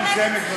אני מסיים, גברתי.